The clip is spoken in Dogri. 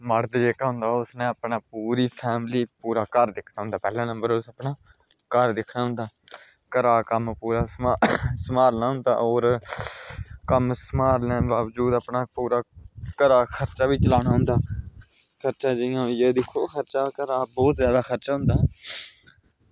मर्द जेह्का होंदा उसने अपनी पूरी फैमिली पूरा घर दिक्खना होंदा पैह्ले उसने अपना घर दिक्खना होंदा घरै दा कम्म पूरा दस्सना सम्हालना होंदा होर कम्म सम्हालनै दे बाबजूद अपना पूरे घरा खर्चा बी चलाना होंदा खर्चा होइया इंया घरा दा खर्चा बहोत जादा खर्चा होंदा